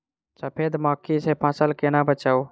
सफेद मक्खी सँ फसल केना बचाऊ?